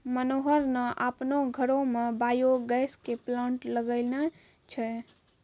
मनोहर न आपनो घरो मॅ बायो गैस के प्लांट लगैनॅ छै